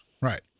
Right